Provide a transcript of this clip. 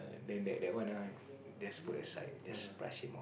then that that one ah that's put aside that's brush him out